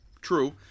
true